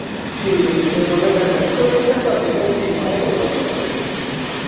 ठीक ऐ मतलब डैंट शैंट कोई निं करी देगे अस ठीक म्हाराज कोई गल्ल निं करी देगे तोआनू ठीक